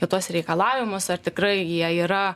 į tuos reikalavimus ar tikrai jie yra